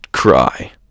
Cry